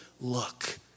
look